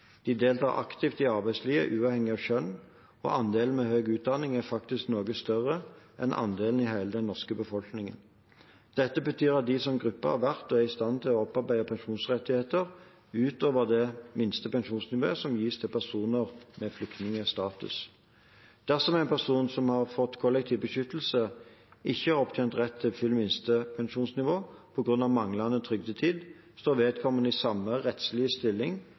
De deltar aktivt i arbeidslivet uavhengig av kjønn, og andelen med høy utdanning er faktisk noe større enn andelen i hele den norske befolkningen. Dette betyr at de som gruppe har vært og er i stand til å opparbeide pensjonsrettigheter utover det minste pensjonsnivået som gis til personer med flyktningstatus. Dersom en person som har fått kollektiv beskyttelse, ikke har opptjent rett til fullt minste pensjonsnivå på grunn av manglende trygdetid, står vedkommende i samme rettslige stilling